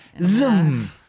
zoom